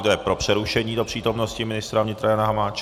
Kdo je pro přerušení do přítomnosti ministra vnitra Jana Hamáčka?